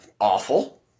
awful